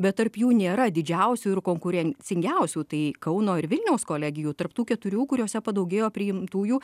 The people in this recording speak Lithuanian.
bet tarp jų nėra didžiausių ir konkurencingiausių tai kauno ir vilniaus kolegijų tarp tų keturių kuriose padaugėjo priimtųjų